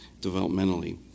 developmentally